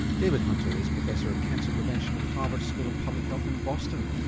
david hunter is professor of cancer prevention at harvard school of public health in boston.